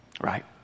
Right